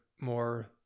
more